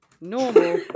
normal